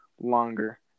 longer